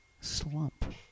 slump